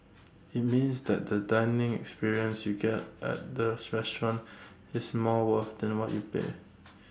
IT means that the dining experience you get at the restaurant is more worth than what you pay